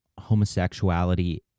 homosexuality